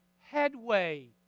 headway